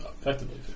effectively